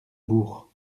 bourre